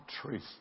truth